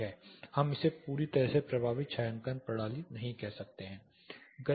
हम इसे पूरी तरह से प्रभावी छायांकन प्रणाली नहीं कह सकते हैं